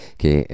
che